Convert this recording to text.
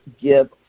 give